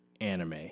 anime